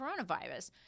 coronavirus